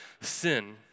sin